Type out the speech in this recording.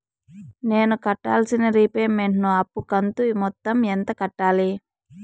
నేను కట్టాల్సిన రీపేమెంట్ ను అప్పు కంతు మొత్తం ఎంత కట్టాలి?